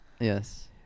Yes